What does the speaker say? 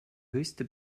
höchste